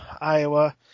Iowa